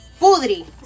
Pudri